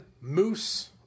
Moose